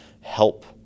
help